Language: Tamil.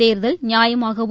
தேர்தல் நியாயமாகவும்